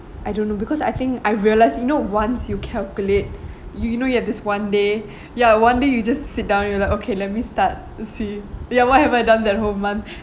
I don't know because I think I realise you know once you calculate you you know you have this one day ya one day you just sit down you're like okay let me start to see ya what have I done that whole month